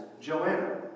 Joanna